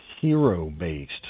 hero-based